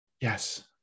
Yes